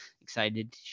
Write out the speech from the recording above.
excited